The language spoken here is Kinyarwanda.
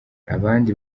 abandi